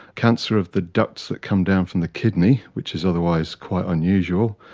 cancer of the ducts that come down from the kidney, which is otherwise quite unusual.